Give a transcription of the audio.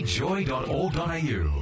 joy.org.au